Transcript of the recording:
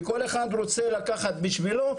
וכל אחד רוצה לקחת בשבילו,